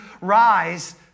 rise